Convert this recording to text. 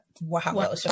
wow